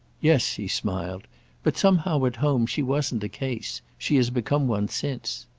yes, he smiled but somehow at home she wasn't a case. she has become one since.